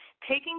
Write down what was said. Taking